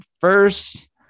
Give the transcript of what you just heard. first